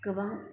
गोबां